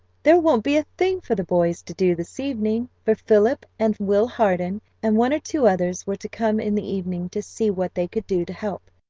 there won't be a thing for the boys to do this evening. for philip and will hardon and one or two others were to come in the evening to see what they could do to help,